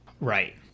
right